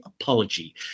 apology